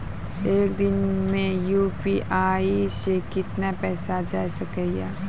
एक दिन मे यु.पी.आई से कितना पैसा जाय सके या?